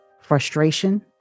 frustration